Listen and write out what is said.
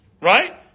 Right